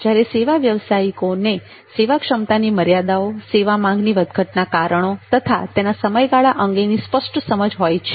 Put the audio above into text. જ્યારે સેવા વ્યવસાયિકોને સેવા ક્ષમતાની મર્યાદાઓ સેવા માંગની વધઘટના કારણો તથા તેના સમયગાળા અંગેની સ્પષ્ટ સમજ હોય છે